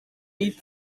eat